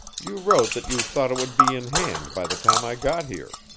you wrote that you thought it would be in hand by the time i got here.